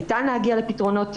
ניתן להגיע לפתרונות